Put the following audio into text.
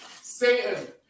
Satan